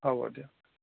হ'ব দিয়ক